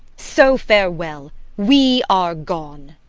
so farewell we are gone.